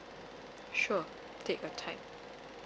sure take your time